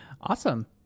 Awesome